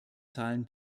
zahlen